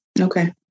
Okay